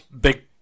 Big